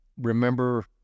remember